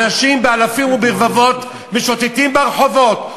אנשים באלפים וברבבות משוטטים ברחובות,